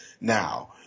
Now